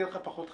יהיה לך פחות חם.